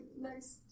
next